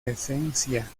esencia